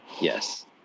yes